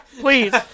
Please